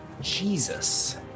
Jesus